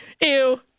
Ew